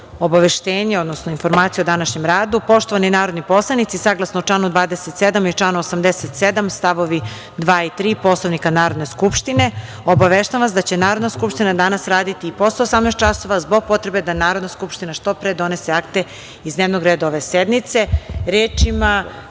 obaveštenje, odnosno informacija o današnjem radu. Poštovani narodni poslanici, saglasno čl. 27. i 87. st. 2. i 3. Poslovnika Narodne skupštine, obaveštavam vas da će Narodna skupština danas raditi i posle 18 časova zbog potrebe da Narodna skupština što pre donese akte iz dnevnog reda ove sednice. Reč